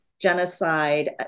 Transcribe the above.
genocide